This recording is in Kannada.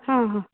ಹಾಂ ಹಾಂ